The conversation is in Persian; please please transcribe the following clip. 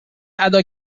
ادا